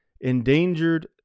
endangered